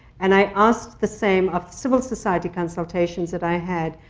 and i asked the same of civil society consultations that i had.